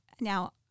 Now